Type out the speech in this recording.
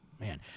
Man